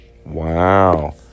Wow